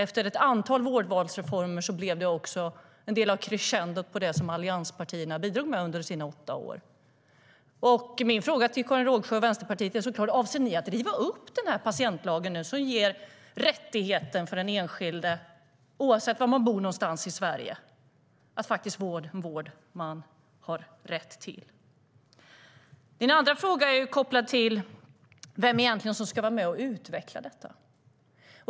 Efter ett antal vårdvalsreformer blev det en del av crescendot på det som allianspartierna bidrog med under sina åtta år. Din andra fråga gäller vem som egentligen ska vara med och utveckla detta.